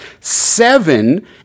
Seven